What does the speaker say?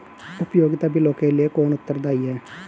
उपयोगिता बिलों के लिए कौन उत्तरदायी है?